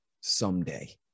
someday